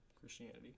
Christianity